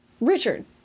Richard